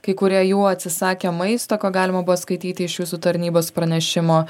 kai kurie jų atsisakė maisto ką galima buvo skaityti iš jūsų tarnybos pranešimo